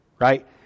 right